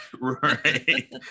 right